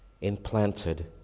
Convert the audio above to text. implanted